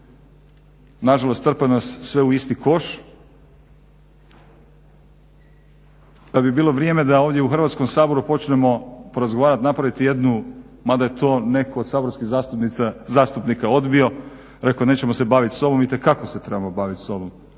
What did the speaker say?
Na žalost trpaju nas sve u isti koš, pa bi bilo vrijeme da ovdje u Hrvatskom saboru počnemo porazgovarati, napraviti jednu, mada je to netko od saborskih zastupnika odbio rekao je nećemo se bavit sobom. Itekako se trebamo baviti sobom,